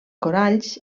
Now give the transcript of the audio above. coralls